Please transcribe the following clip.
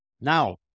Now